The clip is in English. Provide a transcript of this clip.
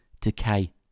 decay